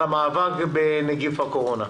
על המאבק בנגיף הקורונה.